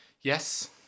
yes